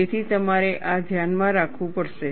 તેથી તમારે આ ધ્યાનમાં રાખવું પડશે